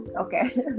Okay